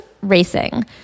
racing